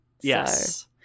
yes